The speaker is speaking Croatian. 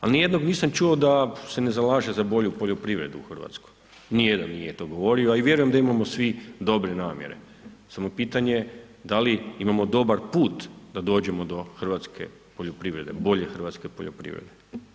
Ali ni jednog nisam čuo da se ne zalaže za bolju poljoprivredu u Hrvatskoj, ni jedan nije to govorio, a i vjerujem da imamo svi dobre namjere samo je pitanje da li imamo dobar put da dođemo do hrvatske poljoprivrede, bolje hrvatske poljoprivrede.